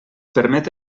permet